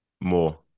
More